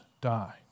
die